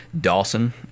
Dawson